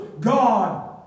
God